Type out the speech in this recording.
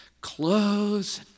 clothes